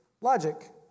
logic